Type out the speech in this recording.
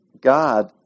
god